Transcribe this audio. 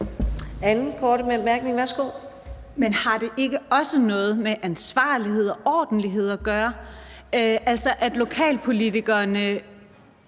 Katrine Daugaard (LA): Men har det ikke også noget med ansvarlighed og ordentlighed at gøre, altså at lokalpolitikerne